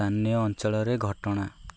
ସ୍ଥାନୀୟ ଅଞ୍ଚଳରେ ଘଟଣା